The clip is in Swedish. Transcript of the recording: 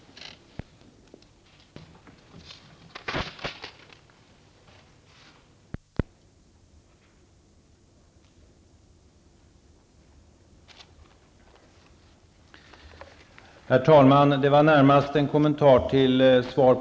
Men jag efterlyser ett ansvar från statens sida för det man ställer till med i och med att väldigt många spelformer erbjuds. Att människor själva skall bestämma håller jag också med om. Men när det går snett tycker jag att samhället har ett ansvar för att de personer som blir spelberoende får hjälp, så att de kan komma till rätta med sina problem. I det ligger naturligtvis också att möjligheterna till spelande begränsas. Jag tror att även spelbolagen stöder mig i det avseendet.